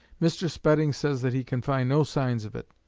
mr. spedding says that he can find no signs of it.